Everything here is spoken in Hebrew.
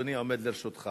(בחינת רישוי ברוקחות),